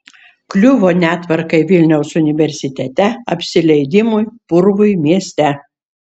kliuvo netvarkai vilniaus universitete apsileidimui purvui mieste